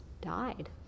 died